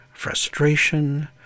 Frustration